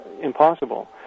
impossible